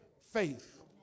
faith